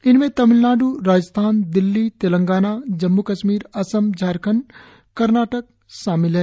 इनमें तमिलनाड् राजस्थान दिल्ली तेलंगाना जम्मू कश्मीर असम झारखंड और कर्नाटक शामिल हैं